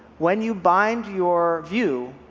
when you bind your view,